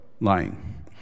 Lying